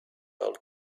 old